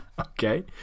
Okay